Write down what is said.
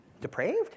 Depraved